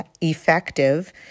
effective